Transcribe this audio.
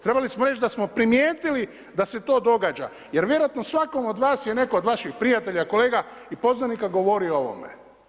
Trebali smo reći da smo primijetili da se to događa jer vjerojatno svakom od vas je netko od vaših prijatelja, kolega i poznanika govorio o ovome.